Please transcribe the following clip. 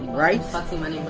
right? no!